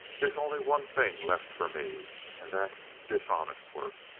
there's only one thing left for me and that's dishonest work.